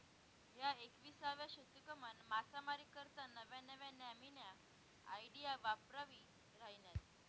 ह्या एकविसावा शतकमा मासामारी करता नव्या नव्या न्यामीन्या आयडिया वापरायी राहिन्यात